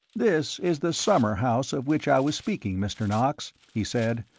this is the summer house of which i was speaking, mr. knox, he said,